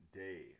day